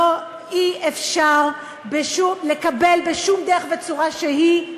אי-אפשר לקבל בשום דרך וצורה שהיא,